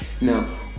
now